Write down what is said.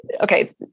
Okay